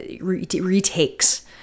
retakes